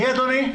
מי אדוני?